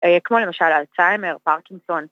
‫כמו למשל אלצהיימר פרקינגסון.